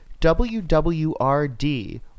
WWRD